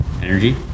energy